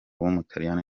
w’umutaliyani